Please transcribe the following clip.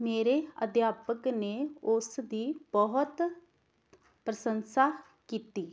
ਮੇਰੇ ਅਧਿਆਪਕ ਨੇ ਉਸ ਦੀ ਬਹੁਤ ਪ੍ਰਸ਼ੰਸਾ ਕੀਤੀ